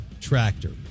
Tractor